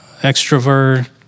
extrovert